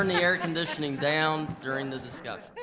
and air conditioning down during the discussion.